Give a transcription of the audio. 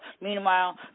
Meanwhile